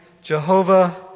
Jehovah